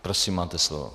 Prosím, máte slovo.